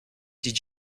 did